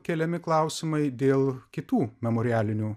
keliami klausimai dėl kitų memorialinių